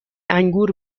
انگور